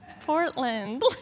Portland